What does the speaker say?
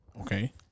Okay